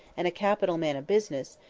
and a capital man of business,